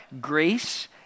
Grace